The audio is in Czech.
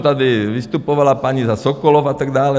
Tady vystupovala paní za Sokolov a tak dále.